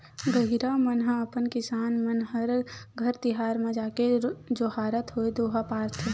गहिरा मन ह अपन किसान मन घर तिहार बार म जाके जोहारत होय दोहा पारथे